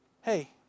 Hey